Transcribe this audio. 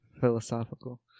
Philosophical